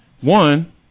One